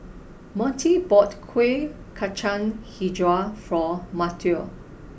Montie bought Kuih Kacang HiJau for Mateo